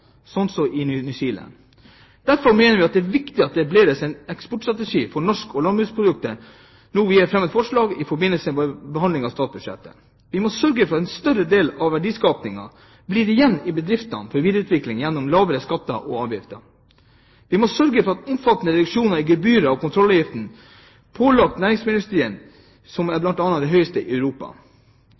som i New Zealand. Derfor mener vi det er viktig at det etableres en eksportstrategi for norske landbruksprodukter, noe vi fremmet forsalg om i forbindelse med behandlingen av statsbudsjettet. Vi må sørge for at en større del av verdiskapingen blir igjen i bedriftene for videreutvikling gjennom lavere skatter og avgifter. Vi må sørge for omfattende reduksjoner i gebyrer og kontrollavgifter pålagt næringsmiddelindustrien, som er blant de høyeste i Europa.